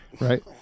right